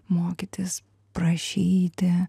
mokytis prašyti